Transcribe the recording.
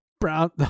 brown